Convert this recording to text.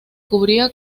cubría